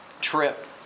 trip